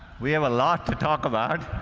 we have a lot to talk about.